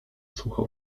sucho